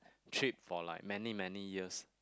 trip for like many many years